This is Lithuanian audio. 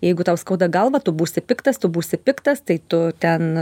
jeigu tau skauda galvą tu būsi piktas tu būsi piktas tai tu ten